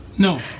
No